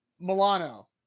Milano